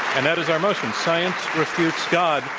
and that is our motion, science refutes god.